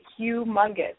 humongous